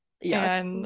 Yes